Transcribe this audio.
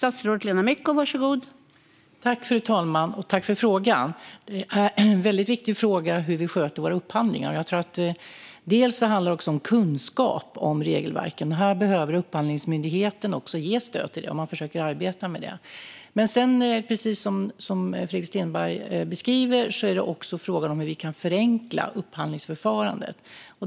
Fru talman! Jag tackar för frågan. Hur vi sköter våra upphandlingar är en mycket viktig fråga. Det handlar bland annat om kunskap om regelverken. Här behöver Upphandlingsmyndigheten ge stöd, och man försöker arbeta med det. Precis som Fredrik Stenberg beskriver är det också fråga om hur vi kan förenkla upphandlingsförfarandet.